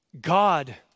God